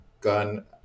gun